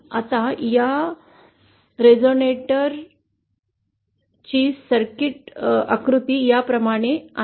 आता या रेझोनेटर ची सर्किट आकृती या प्रमाणे आहे